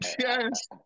Yes